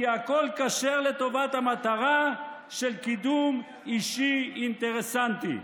כי הכול כשר לטובת המטרה של קידום אישי אינטרסנטי.